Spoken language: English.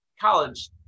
college